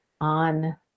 on